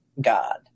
God